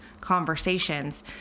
conversations